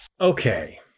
Okay